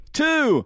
two